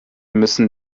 müssen